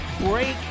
break